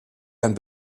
ein